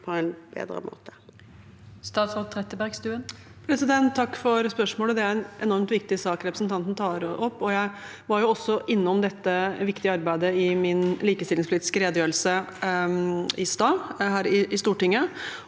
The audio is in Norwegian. på en bedre måte?